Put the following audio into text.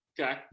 Okay